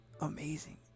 amazing